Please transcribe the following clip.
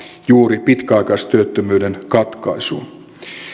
juuri pitkäaikaistyöttömyyden katkaisuun